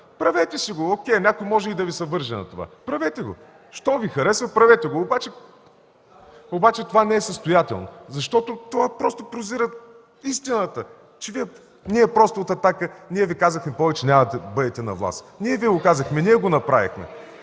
правете си го. О’кей, някой може и да Ви се върже на това. Правете го, щом Ви харесва. Правете го, обаче това не е състоятелно, защото то просто прозира истината, че ние просто от „Атака” Ви казахме: „Повече няма да бъдете на власт!”. Ние Ви го казахме! Ние го направихме!